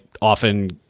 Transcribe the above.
often